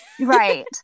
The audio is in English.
Right